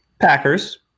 Packers